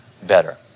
better